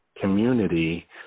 community